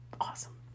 awesome